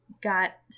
got